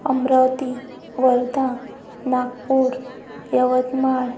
Amravati Wardha Nagpur Yavatmal